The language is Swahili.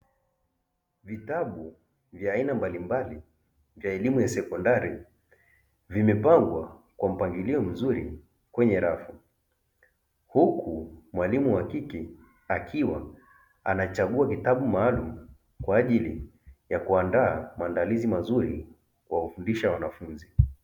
Vitabu vya aina mbalimbali vya elimu ya sekondari vimepangwa kwa mpangilio mzuri kwenye rafu, huku mwalimu wa kike akiwa anachagua vitabu maalumu kwa ajili ya kuandaa maandalizi mazuri ya kufundisha wanafunzi.